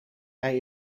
hij